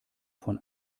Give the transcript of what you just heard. von